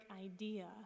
idea